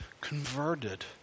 converted